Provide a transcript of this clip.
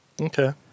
Okay